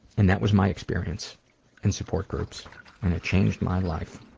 and that was my experience in support groups and it changed my life.